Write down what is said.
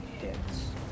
hits